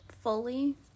fully